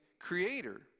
creator